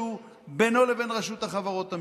היושב-ראש,